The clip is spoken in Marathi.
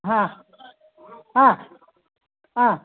हा हा हा